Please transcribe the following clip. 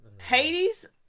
Hades